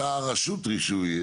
אותה רשות רישוי,